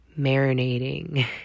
marinating